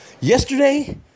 Yesterday